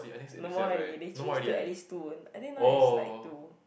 no more already they change to at least two I think now is like two